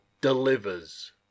delivers